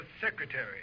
secretary